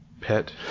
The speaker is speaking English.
pet